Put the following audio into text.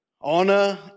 honor